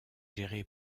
géré